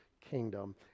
kingdom